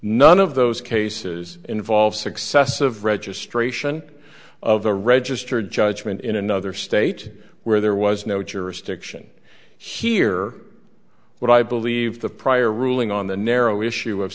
none of those cases involve successive registration of a registered judgment in another state where there was no jurisdiction here but i believe the prior ruling on the narrow issue of